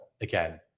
again